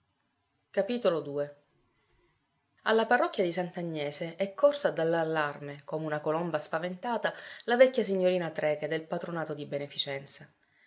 di vetro alla parrocchia di sant'agnese è corsa a dar l'allarme come una colomba spaventata la vecchia signorina trecke del patronato di beneficenza